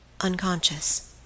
unconscious